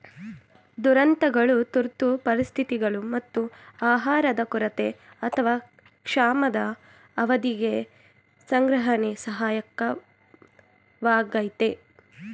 ದುರಂತಗಳು ತುರ್ತು ಪರಿಸ್ಥಿತಿಗಳು ಮತ್ತು ಆಹಾರದ ಕೊರತೆ ಅಥವಾ ಕ್ಷಾಮದ ಅವಧಿಗೆ ಸಂಗ್ರಹಣೆ ಸಹಾಯಕವಾಗಯ್ತೆ